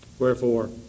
Wherefore